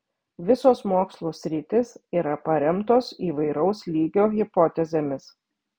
visos mokslų sritys yra paremtos įvairaus lygio hipotezėmis